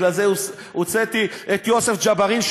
לכן הוצאתי את יוסף ג'בארין,